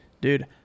Dude